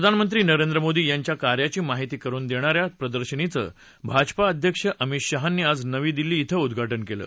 प्रधानमंत्री नरेंद्र मोदी यांच्या कार्याची माहिती करून देणाऱ्या प्रदर्शनीचं भाजपा अध्यक्ष अमित शहांनी आज नवी दिल्ली कुं उदघाटन केलं